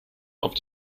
auf